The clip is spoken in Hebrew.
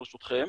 ברשותכם,